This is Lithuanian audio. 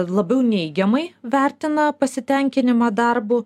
labiau neigiamai vertina pasitenkinimą darbu